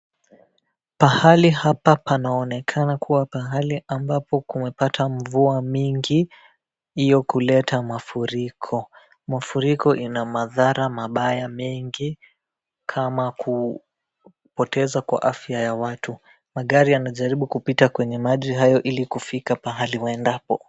Pahali hapa panaonekana kuwa pahali ambapo kumepata mvua mingi iliyo kuleta mafuriko. Mafuriko ina madhara mabaya mengi kama kupoteza kwa afya ya watu. Magari yanajaribu kupita kwenye maji hayo ili kufika pahali waendako